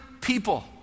people